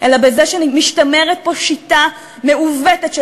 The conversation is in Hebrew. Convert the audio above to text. אלא בזה שמשתמרת פה שיטה מעוותת של